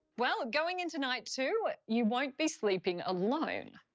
well, going into night two, you won't be sleeping alone.